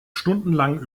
stundenlang